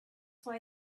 why